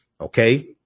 okay